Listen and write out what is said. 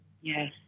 Yes